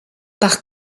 par